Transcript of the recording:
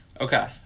Okay